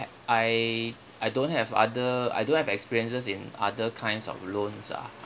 I I don't have other I don't have experiences in other kinds of loans ah